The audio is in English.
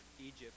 Egypt